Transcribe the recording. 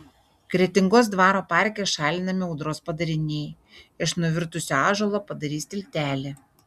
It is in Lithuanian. kretingos dvaro parke šalinami audros padariniai iš nuvirtusio ąžuolo padarys tiltelį